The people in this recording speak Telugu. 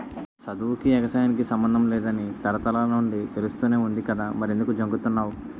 సదువుకీ, ఎగసాయానికి సమ్మందం లేదని తరతరాల నుండీ తెలుస్తానే వుంది కదా మరెంకుదు జంకుతన్నావ్